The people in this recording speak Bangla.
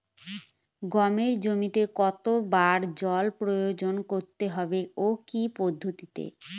গমের জমিতে কতো বার জল প্রয়োগ করতে হবে ও কি পদ্ধতিতে?